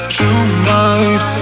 tonight